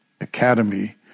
academy